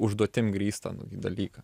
užduotim grįstą dalyką